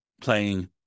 playing